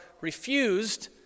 refused